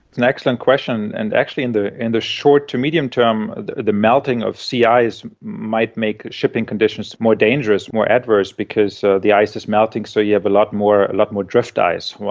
an excellent question. and actually in the in the short to medium term the the melting of sea ice might make shipping conditions more dangerous, more adverse, because ah the ice is melting so you have a lot more lot more drift ice.